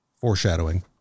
foreshadowing